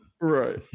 Right